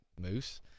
moose